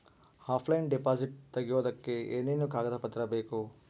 Offline deposit ತೆಗಿಯೋದಕ್ಕೆ ಏನೇನು ಕಾಗದ ಪತ್ರ ಬೇಕು?